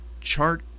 chart